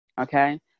okay